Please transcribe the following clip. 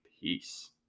peace